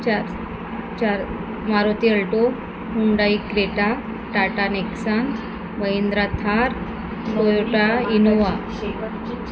चार चार Maruti Alto Hyundai Creta Tata Nexon Mahindra Thar Toyota Innova